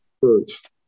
first